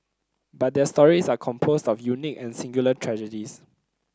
but their stories are composed of unique and singular tragedies